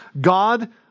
God